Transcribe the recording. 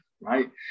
right